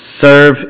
serve